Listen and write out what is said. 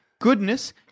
goodness